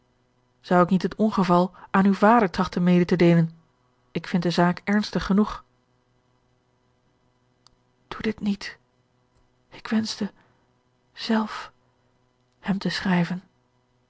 zou ik niet het ongeval aan uw vader trachten mede te deelen ik vind de zaak ernstig genoeg doe dit niet ik wenschte zelf hem te schrijven